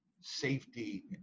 safety